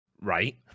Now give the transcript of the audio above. right